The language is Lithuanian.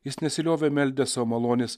jis nesiliovė meldęs malonės